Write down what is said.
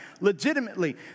Legitimately